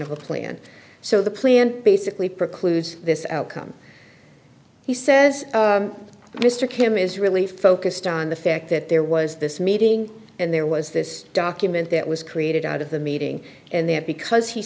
of a plan so the plan basically precludes this outcome he says mr kim is really focused on the fact that there was this meeting and there was this document that was created out of the meeting and that because he